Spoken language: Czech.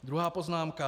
Druhá poznámka.